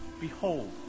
Behold